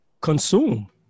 consume